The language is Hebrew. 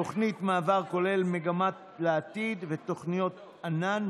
תוכנית מעבר כולל מגמה לעתיד ותוכנית ענ"ן,